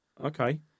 Okay